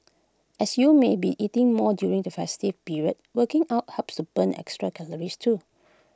as you may be eating more during the festive period working out helps to burn the extra calories too